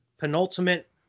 penultimate